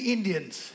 Indians